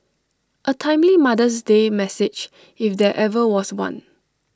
A timely mother's day message if there ever was one